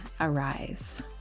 arise